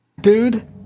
dude